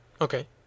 Okay